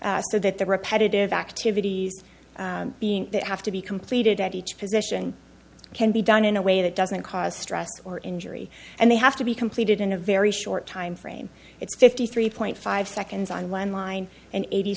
hands so that the repetitive activities being that have to be completed at each position can be done in a way that doesn't cause stress or injury and they have to be completed in a very short timeframe it's fifty three point five seconds on one line and eighty